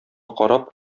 карап